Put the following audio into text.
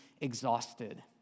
exhausted